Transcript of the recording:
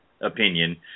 opinion